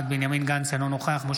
אינו נוכח גילה גמליאל,